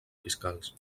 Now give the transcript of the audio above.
fiscals